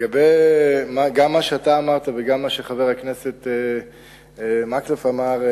לגבי מה שאתה אמרת וגם לגבי מה שחבר הכנסת מקלב אמר,